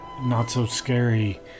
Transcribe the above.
not-so-scary